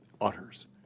utters